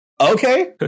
okay